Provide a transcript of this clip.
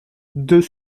deux